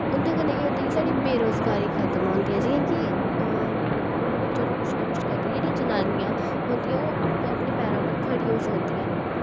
उं'दै कन्नै एह् होंदा कि साढ़ी बेरोज़गारी खत्म होंदी ऐ जियां कि मुड़े ते चलो कुछ न कुछ करदे जेह्ड़ियां जनानियां होंदियां ओह् अपने अपने पैरा उप्पर खड़ियां होई सकदियां न